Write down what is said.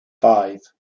five